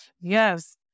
Yes